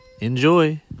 Enjoy